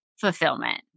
fulfillment